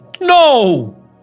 no